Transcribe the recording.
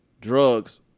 drugs